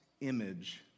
image